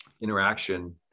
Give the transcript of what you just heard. interaction